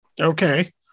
okay